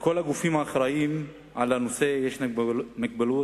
על כל הגורמים האחראים לנושא חלות מגבלות